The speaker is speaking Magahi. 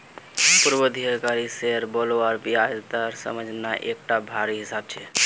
पूर्वाधिकारी शेयर बालार ब्याज दर समझना एकटा भारी हिसाब छै